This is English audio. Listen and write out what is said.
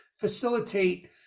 facilitate